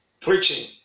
preaching